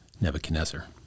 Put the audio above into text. Nebuchadnezzar